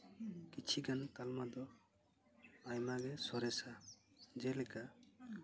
ᱠᱤᱪᱷᱤ ᱜᱟᱱ ᱛᱟᱞᱢᱟ ᱫᱚ ᱟᱭᱢᱟᱜᱮ ᱥᱚᱨᱮᱥᱟ ᱡᱮᱞᱮᱠᱟ